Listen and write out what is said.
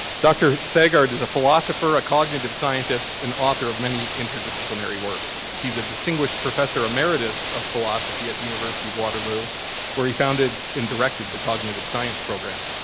dr. thagard is a philosopher, a cognitive scientist, and author of many interdisciplinary works. he's a distinguished professor emeritus of philosophy at the university of waterloo where he founded and directed the cognitive science program.